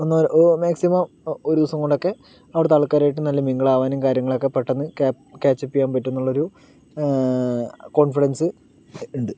ഒന്ന് മാക്സിമം ഒരു ദിവസം കൊണ്ട് ഒക്കെ അവിടത്തെ ആൾക്കാരായിട്ട് നല്ല മിംഗിൽ ആവാനും കാര്യങ്ങൾ ഒക്കെ പെട്ടെന്ന് കാ ക്യാച്ച് അപ്പ് ചെയ്യാൻ പറ്റും എന്നുള്ളൊരു കോൺഫിഡൻസ് ഉണ്ട്